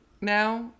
now